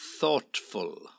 Thoughtful